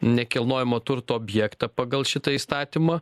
nekilnojamo turto objektą pagal šitą įstatymą